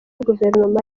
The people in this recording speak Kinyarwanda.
guverinoma